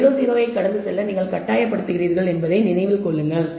0 0 ஐ கடந்து செல்ல நீங்கள் கட்டாயப்படுத்துகிறீர்கள் என்பதை நினைவில் கொள்ளுங்கள்